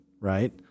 right